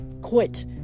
quit